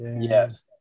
yes